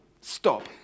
Stop